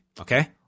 Okay